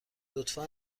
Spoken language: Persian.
لطفا